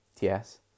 Yes